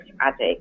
addict